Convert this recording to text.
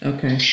Okay